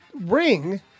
ring